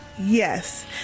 Yes